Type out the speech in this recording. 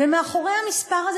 ומאחורי המספר הזה,